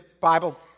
Bible